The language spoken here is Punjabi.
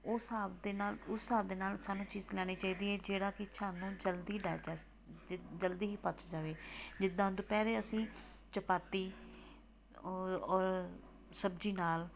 ਉਹ ਹਿਸਾਬ ਦੇ ਨਾਲ ਉਸ ਹਿਸਾਬ ਦੇ ਨਾਲ ਸਾਨੂੰ ਚੀਜ਼ ਲੈਣੀ ਚਾਹੀਦੀ ਹੈ ਜਿਹੜਾ ਕਿ ਸਾਨੂੰ ਜਲਦੀ ਡਾਇਜਸ ਜ ਜਲਦੀ ਹੀ ਪਚ ਜਾਵੇ ਜਿੱਦਾਂ ਦੁਪਹਿਰੇ ਅਸੀਂ ਚਪਾਤੀ ਔਰ ਔਰ ਸਬਜ਼ੀ ਨਾਲ